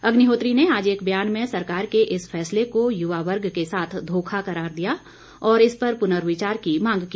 अग्निहोत्री ने आज एक ब्यान में सरकार के इस फैसले को युवा वर्ग के साथ धोखा करार दिया और इस पर पुर्नविचार की मांग की